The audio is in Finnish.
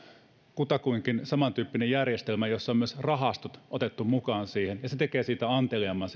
kutakuinkin samantyyppinen järjestelmä jossa on myös rahastot otettu mukaan siihen ja se tekee siitä järjestelmästä anteliaamman